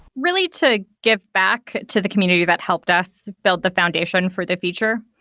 really to give back to the community that helped us build the foundation for the feature,